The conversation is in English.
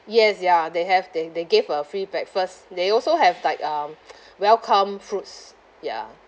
yes ya they have they they gave a free breakfast they also have like um welcome fruits ya